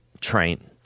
Train